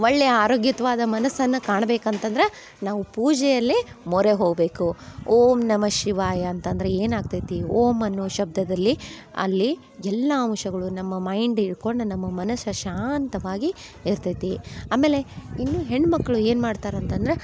ಒಳ್ಳೆಯ ಆರೋಗ್ಯಯುತ್ವಾದ ಮನಸನ್ನು ಕಾಣ್ಬೇಕು ಅಂತಂದ್ರೆ ನಾವು ಪೂಜೆಯಲ್ಲಿ ಮೊರೆ ಹೋಗ್ಬೇಕು ಓಂ ನಮಃ ಶಿವಾಯ ಅಂತ ಅಂದರೆ ಏನು ಆಗ್ತೈತಿ ಓಂ ಅನ್ನುವ ಶಬ್ದದಲ್ಲಿ ಅಲ್ಲಿ ಎಲ್ಲ ಅಂಶಗಳು ನಮ್ಮ ಮೈಂಡ್ ಇಳ್ಕೊಂಡು ನಮ್ಮ ಮನಸು ಶಾಂತವಾಗಿ ಇರ್ತೈತಿ ಆಮೇಲೆ ಇನ್ನು ಹೆಣ್ಣುಮಕ್ಳು ಏನು ಮಾಡ್ತಾರೆ ಅಂತಂದ್ರೆ